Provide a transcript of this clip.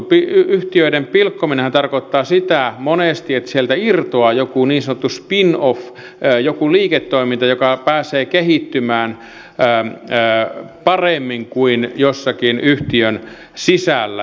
yhtiöiden pilkkominenhan tarkoittaa sitä monesti että sieltä irtoaa jokin niin sanottu spin off jokin liiketoiminta joka pääsee kehittymään paremmin kuin jossakin yhtiön sisällä